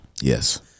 Yes